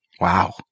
Wow